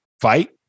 fight